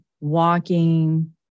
walking